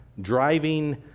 driving